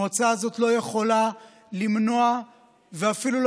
המועצה הזאת לא יכולה למנוע ואפילו לא